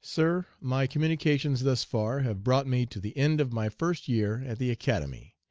sir my communications, thus far, have brought me to the end of my first year at the academy,